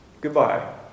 goodbye